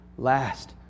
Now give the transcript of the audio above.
last